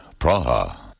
Praha